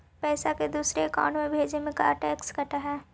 पैसा के दूसरे के अकाउंट में भेजें में का टैक्स कट है?